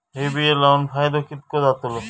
हे बिये लाऊन फायदो कितको जातलो?